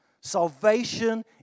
Salvation